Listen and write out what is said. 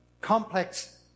complex